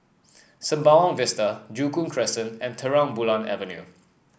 Sembawang Vista Joo Koon Crescent and Terang Bulan Avenue